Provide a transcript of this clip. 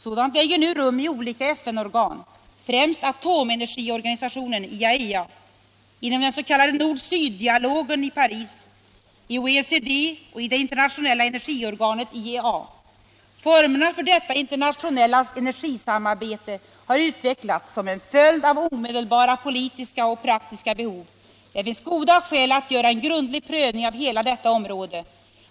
Sådant äger nu rum i olika FN-organ, främst atomenergiorganisationen IAEA, inom den s.k. Nord-syd-dialogen i Paris, i OECD och i det internationella energiorganet IEA. Formerna för detta internationella energisamarbete har utvecklats som en följd av omedelbara politiska och praktiska behov. Det finns goda skäl att göra en grundlig prövning av hela detta område.